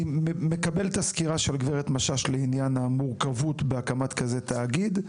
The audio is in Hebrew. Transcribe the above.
אני מקבל את הסקירה של גברת משש לעניין המורכבות בהקמת כזה תאגיד,